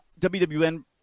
WWN